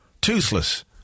toothless